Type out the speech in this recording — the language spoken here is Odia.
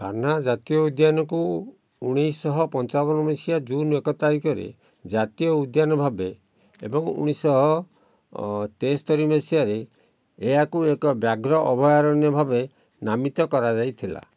କାହ୍ନା ଜାତୀୟ ଉଦ୍ୟାନକୁ ଉଣେଇଶ ଶହ ପଞ୍ଚାବନ ମସିହା ଜୁନ ଏକ ତାରିଖରେ ଜାତୀୟ ଉଦ୍ୟାନ ଭାବେ ଏବଂ ଉଣେଇଶ ଶହ ତେସ୍ତୋରି ମସିହାରେ ଏହାକୁ ଏକ ବ୍ୟାଘ୍ର ଅଭୟାରଣ୍ୟ ଭାବେ ନାମିତ କରାଯାଇଥିଲା